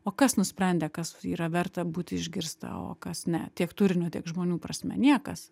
o kas nusprendė kas yra verta būti išgirsta o kas ne tiek turinio tiek žmonių prasme niekas